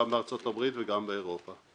גם בארצות הברית וגם באירופה.